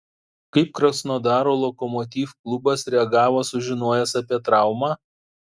kaip krasnodaro lokomotiv klubas reagavo sužinojęs apie traumą